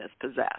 possessed